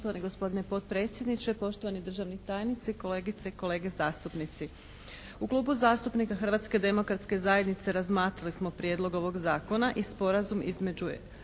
Hrvatske demokratske zajednice